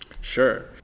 Sure